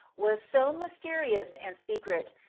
was so mysterious and secret,